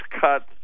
cuts